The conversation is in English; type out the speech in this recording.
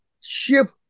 ship